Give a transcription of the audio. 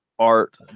art